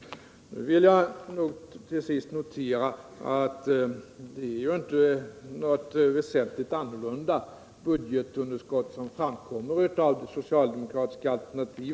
Till sist vill jag notera att budgetunderskottet enligt det socialdemokratiska alternativet inte skulle bli väsentligt annorlunda än enligt vårt alternativ.